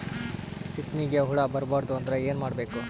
ಸೀತ್ನಿಗೆ ಹುಳ ಬರ್ಬಾರ್ದು ಅಂದ್ರ ಏನ್ ಮಾಡಬೇಕು?